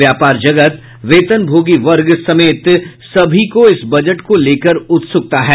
व्यापार जगत वेतनभोगी वर्ग समेत सभी को इस बजट को लेकर उत्सुकता है